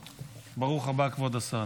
ברוך הבא, כבוד השר.